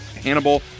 Hannibal